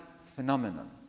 phenomenon